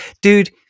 dude